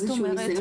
מה זאת אומרת?